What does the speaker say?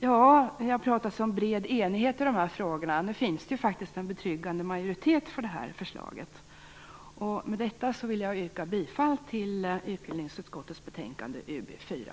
Det har pratats om bred enighet i dessa frågor. Det finns faktiskt en betryggande majoritet för förslaget. Med detta vill jag yrka bifall till hemställan i utbildningsutskottets betänkande UbU4.